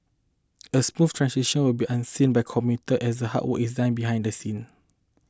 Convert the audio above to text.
a smooth transition will be one unseen by commuter as the hard work is done behind the scene